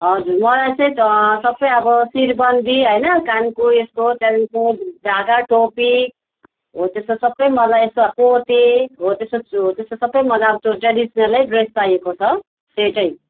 हजुर मलाई चाहिँ सबै अब शिरबन्दी होइन कानको उएसको त्यहाँदेखिको ढाका टोपी हो त्यस्तो सबै मलाई पोते हो त्यस्तो हो त्यस्तो सबै मलाई अब त्यो ट्रेडिसन्लै ड्रेस चाहिएको छ सेटै